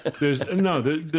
No